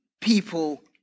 people